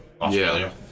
Australia